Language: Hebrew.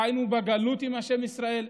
חיינו בגלות עם השם ישראל,